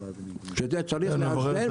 את זה צריך לאזן.